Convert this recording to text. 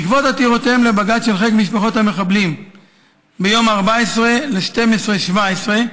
בעקבות עתירותיהן לבג"ץ של משפחות המחבלים ביום 14 בדצמבר 2017,